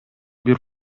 бир